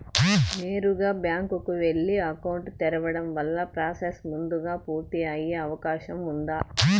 నేరుగా బ్యాంకు కు వెళ్లి అకౌంట్ తెరవడం వల్ల ప్రాసెస్ ముందుగా పూర్తి అయ్యే అవకాశం ఉందా?